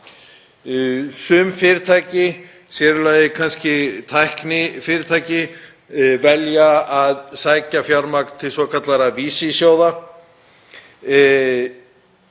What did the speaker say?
Sum fyrirtæki, sér í lagi kannski tæknifyrirtæki, velja að sækja fjármagn til svokallaðra vísisjóða